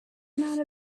amount